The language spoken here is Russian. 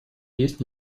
есть